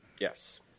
Yes